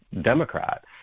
Democrat